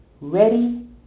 ready